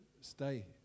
stay